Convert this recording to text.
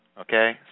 okay